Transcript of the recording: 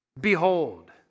Behold